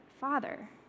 father